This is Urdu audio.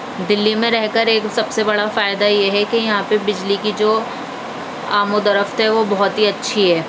دلی میں رہ کر ایک سب سے بڑا فائدہ یہ ہے کہ یہاں پہ بجلی کی جو آمد و رفت ہے وہ بہت ہی اچھی ہے